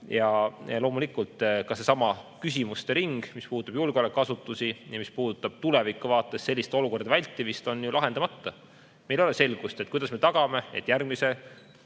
Ja loomulikult ka seesama küsimuste ring, mis puudutab julgeolekuasutusi ja tuleviku vaates selliste olukordade vältimist, on ju lahendamata. Meil ei ole selgust, kuidas me tagame, et järgmise